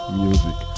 music